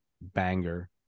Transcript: banger